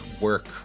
work